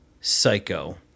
Psycho